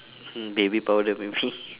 mm baby powder maybe